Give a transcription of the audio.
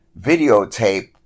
videotape